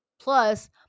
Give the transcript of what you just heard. plus